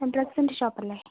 ഡ്രസ്സിൻ്റെ ഷോപ്പ് അല്ലേ